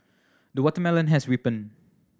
the watermelon has ripened